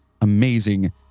amazing